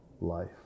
life